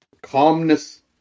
Calmness